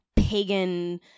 Pagan